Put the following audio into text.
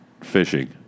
fishing